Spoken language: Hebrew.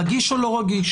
רגיש או לא רגיש,